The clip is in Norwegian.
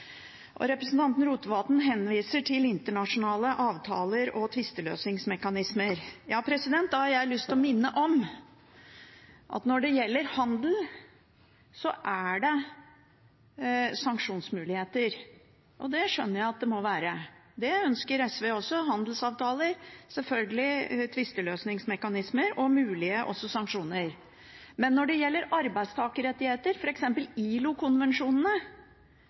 Representanten Rotevatn henviser til internasjonale avtaler og tvisteløsningsmekanismer. Da har jeg lyst til å minne om at når det gjelder handel, er det sanksjonsmuligheter, og det skjønner jeg at det må være. Det ønsker SV også – handelsavtaler og selvfølgelig tvisteløsningsmekanismer og også mulige sanksjoner. Men når det gjelder arbeidstakerrettigheter,